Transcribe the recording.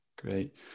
Great